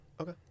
Okay